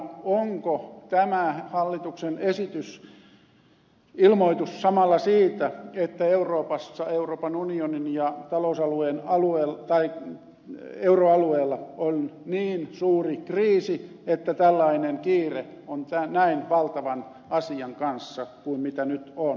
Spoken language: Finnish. onko tämä hallituksen esitys ilmoitus samalla siitä että euroopassa euroopan unionin euroalueella on niin suuri kriisi että tällainen kiire on näin valtavan asian kanssa kuin nyt on